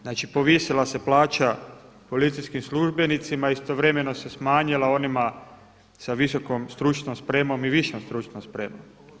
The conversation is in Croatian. Znači povisila se plaća policijskim službenicima a istovremeno se smanjila onima sa visokom stručnom spremom i višom stručnom spremom.